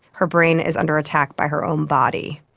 her brain is under attack by her own body.